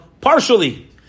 partially